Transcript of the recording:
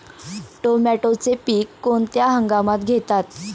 टोमॅटोचे पीक कोणत्या हंगामात घेतात?